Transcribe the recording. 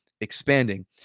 expanding